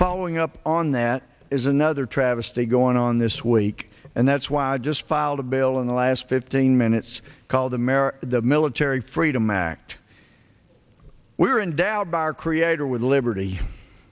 following up on that is another travesty going on this week and that's why i just filed a bill in the last fifteen minutes called america the military freedom act we are endowed by our creator with liberty